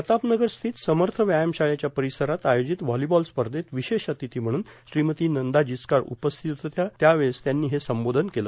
प्रताप नगर स्थित समथ व्यायाम शाळेच्या पीरसरात आयोजित व्हॉलोबॉल स्पधत विशेष अर्तिथी म्हणून श्रीमती नंदा जिचकार उपस्थित होत्या त्यावेळी त्यांनी हे संबोधन केलं